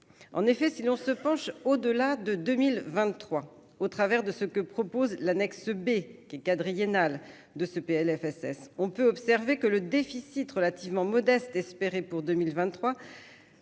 en effet, si l'on se penche au-delà de 2023, au travers de ce que propose l'annexe B qui quadriennal de ce Plfss, on peut observer que le déficit relativement modeste espérer pour 2023